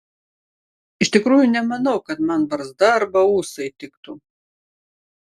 iš tikrųjų nemanau kad man barzda arba ūsai tiktų